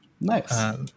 Nice